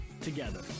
together